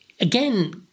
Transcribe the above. again